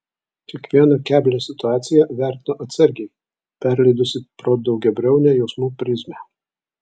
kiekvieną keblią situaciją vertino atsargiai perleidusi pro daugiabriaunę jausmų prizmę